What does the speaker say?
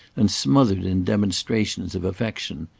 and smothered in demonstrations of affection.